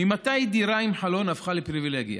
ממתי דירה עם חלון הפכה לפריבילגיה?